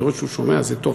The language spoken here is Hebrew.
אני רואה שהוא שומע, זה טוב.